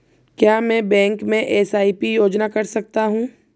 क्या मैं बैंक में एस.आई.पी योजना कर सकता हूँ?